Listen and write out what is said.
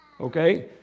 Okay